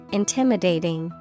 intimidating